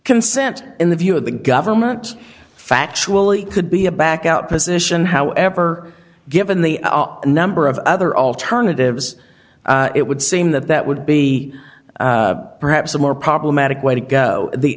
consent in the view of the government factually could be a back out position however given the number of other alternatives it would seem that that would be perhaps the more problematic way to go the